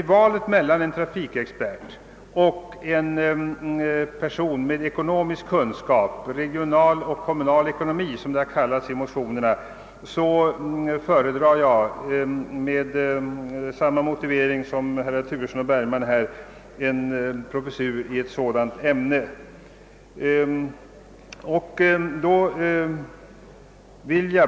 I valet mellan en trafikexpert och en person med ekonomiska kunskaper — regional och kommunal ekonomi, som det har kallats i motionerna — föredrar jag emellertid med samma motivering som herrar Turesson och Bergman en professur i det sistnämnda ämnet.